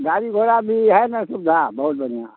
गाडी घोड़ा भी हैय ने सुविधा बहुत बढ़िआँ